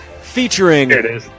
featuring